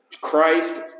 Christ